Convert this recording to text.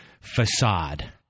facade